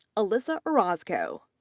alyssa orozco,